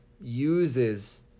uses